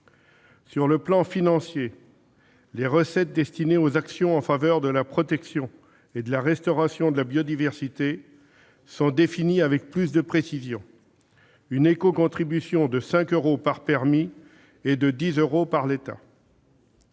Sur le plan financier, les recettes destinées aux actions en faveur de la protection et de la restauration de la biodiversité sont définies avec une plus grande précision : il s'agit d'une éco-contribution de 5 euros par permis de chasser et de 10 euros par l'État